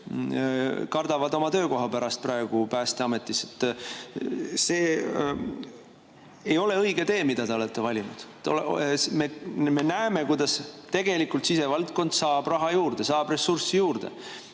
kardavad oma töökoha pärast praegu Päästeametis. See ei ole õige tee, mille te olete valinud. Me näeme, kuidas tegelikult sisevaldkond saab raha juurde, saab ressurssi juurde,